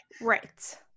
right